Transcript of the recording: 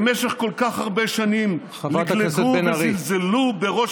"במשך כל כך הרבה שנים לגלגו וזלזלו בראש